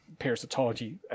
parasitology